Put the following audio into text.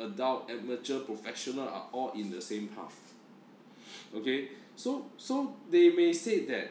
adult amateur professional are all in the same path okay so so they may said that